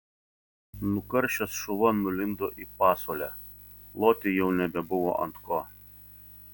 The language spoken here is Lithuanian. nukaršęs šuva nulindo į pasuolę loti jau nebebuvo ant ko